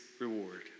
reward